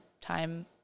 time